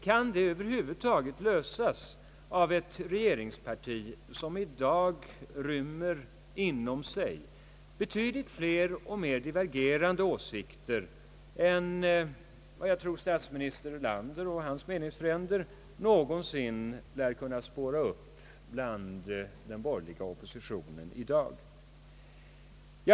Kan det över huvud taget lösas av ett regeringsparti, som i dag inom sig rymmer betydligt fler och mer divergerande åsikter än vad jag tror statsminister Erlander och hans meningsfränder någonsin lär kunna spåra upp bland den borgerliga oppositionen i dag?